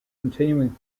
continuing